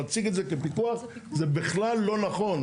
להציג את זה כפיקוח זה בכלל לא נכון,